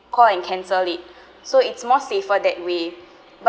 call and cancel it so it's more safer that way